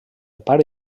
pare